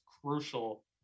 crucial